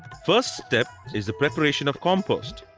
first step is the preparation of compost.